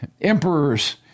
emperors